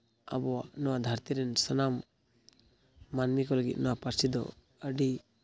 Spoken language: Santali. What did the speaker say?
ᱟᱵᱚᱣᱟᱜ ᱱᱚᱣᱟ ᱫᱷᱟᱹᱨᱛᱤ ᱨᱮ ᱥᱟᱱᱟᱢ ᱢᱟᱹᱱᱢᱤ ᱠᱚ ᱞᱟᱹᱜᱤᱫ ᱱᱚᱣᱟ ᱯᱟᱹᱨᱥᱤ ᱫᱚ ᱟᱹᱰᱤ